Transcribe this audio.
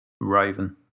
Raven